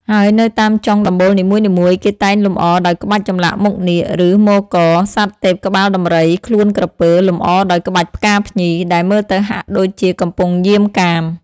ហើយនៅតាមចុងដំបូលនីមួយៗ គេតែងលម្អដោយក្បាច់ចម្លាក់មុខនាគ ឬមករ (សត្វទេពក្បាលដំរី ខ្លួនក្រពើ លម្អដោយក្បាច់ផ្កាភ្ញី) ដែលមើលទៅហាក់ដូចជាកំពុងយាមកាម។